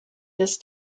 this